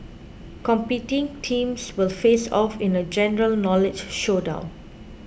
competing teams will face off in a general knowledge showdown